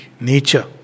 nature